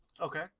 Okay